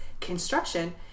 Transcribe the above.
construction